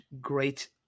great